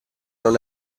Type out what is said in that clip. non